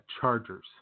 Chargers